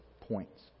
points